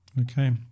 Okay